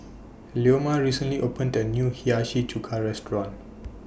Leoma recently opened A New Hiyashi Chuka Restaurant